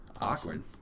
awkward